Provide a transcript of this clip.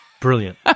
Brilliant